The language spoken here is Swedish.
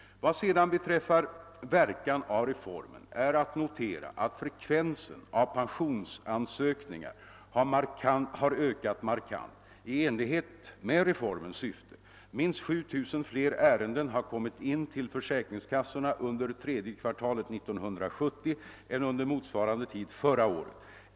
Vad sedan beträffar verkan av reformen är att notera att frekvensen av pensionsansökningar har ökat markant, i enlighet med reformens syfte. Minst 7 000 fler ärenden har kommit in till försäkringskassorna under tredje kvartalet 1970 än under motsvarande tid förra året.